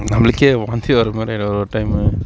நம்மளுக்கே வாந்தி வர்ற மாதிரி ஆயிடும் ஒரு ஒரு டைமு